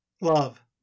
love